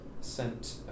sent